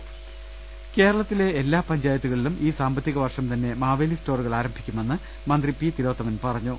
രുട്ട്ട്ട്ട്ട്ട്ട്ട്ട കേരളത്തിലെ എല്ലാ പഞ്ചായത്തുകളിലും ഈ സാമ്പത്തിക വർഷം തന്നെ മാവേലി സ്റ്റോറുകൾ ആരംഭിക്കുമെന്ന് മന്ത്രി പി തിലോത്തമൻ പറഞ്ഞു